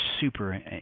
super